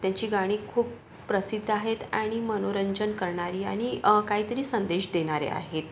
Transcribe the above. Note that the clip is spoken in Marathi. त्यांची गाणी खूप प्रसिद्ध आहेत आणि मनोरंजन करणारी आणि काहीतरी संदेश देणारी आहेत